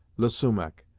le sumach,